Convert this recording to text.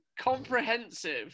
comprehensive